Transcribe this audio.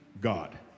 God